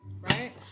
right